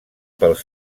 pels